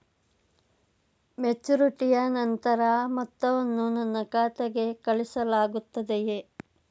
ಮೆಚುರಿಟಿಯ ನಂತರ ಮೊತ್ತವನ್ನು ನನ್ನ ಖಾತೆಗೆ ಕಳುಹಿಸಲಾಗುತ್ತದೆಯೇ?